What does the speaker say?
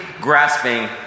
grasping